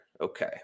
Okay